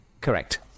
Correct